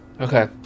Okay